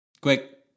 Quick